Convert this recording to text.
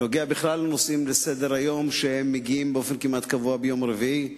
לנושאים לסדר-היום שמגיעים באופן כמעט קבוע ביום רביעי,